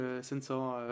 sensor